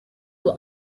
were